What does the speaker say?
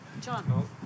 John